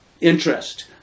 interest